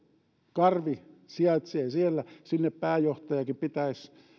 karvi sijaitsee siellä sinne pääjohtajakin pitäisi